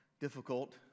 difficult